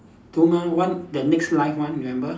to mer~ one the next life one remember